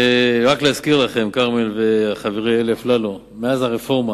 רק להזכיר לכם, כרמל וחברי אלי אפללו, מאז הרפורמה